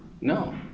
No